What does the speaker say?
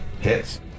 Hits